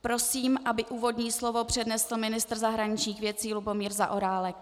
Prosím, aby úvodní slovo přednesl ministr zahraničních věcí Lubomír Zaorálek.